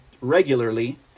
regularly